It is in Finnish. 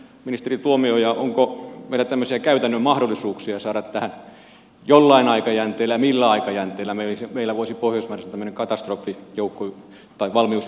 ministeri tuomioja onko meillä tämmöisiä käytännön mahdollisuuksia saada tähän jollain aikajänteellä ja millä aikajänteellä menisi millä voisi poistaa tämän tämmöinen katastrofijoukko tai valmiusyksikkö